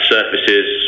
Surfaces